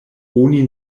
oni